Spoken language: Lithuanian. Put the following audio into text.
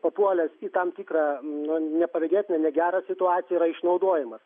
papuolęs į tam tikrą nu nepavydėtiną negerą situaciją yra išnaudojimas